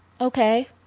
Okay